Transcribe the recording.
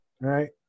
right